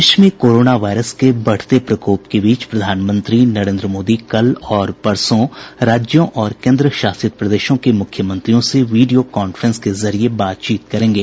देश में corona virus के बढ़ते प्रकोप के बीच प्रधानमंत्री नरेन्द्र मोदी कल और परसों राज्यों और केंद्रशासित प्रदेशों के मुख्यमंत्रियों से वीडियो कांफ्रेंस के जरिये बातचीत करेंगे